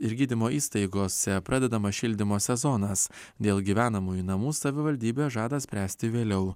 ir gydymo įstaigose pradedamas šildymo sezonas dėl gyvenamųjų namų savivaldybė žada spręsti vėliau